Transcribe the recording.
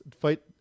fight